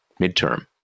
midterm